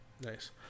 Nice